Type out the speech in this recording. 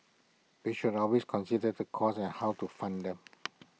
we should always consider the costs and how to fund them